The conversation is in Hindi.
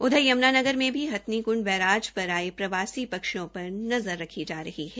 उधर यमुनानगर में भी हंथनीक्ंड बैराज पर आये प्रवासी पक्षियों पर नज़र रखी जा रही है